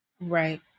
Right